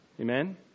Amen